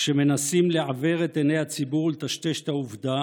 כשמנסים לעוור את עיני הציבור ולטשטש את העובדה